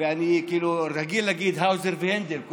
אני רגיל להגיד כל הזמן האוזר והנדל,